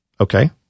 Okay